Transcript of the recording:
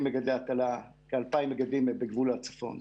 מגדלי הטלה כ-2,000 מגדלים הם בגבול הצפון.